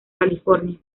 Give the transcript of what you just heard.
california